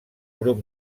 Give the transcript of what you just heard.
grup